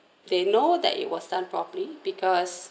they know that it was done properly because